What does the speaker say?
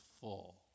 full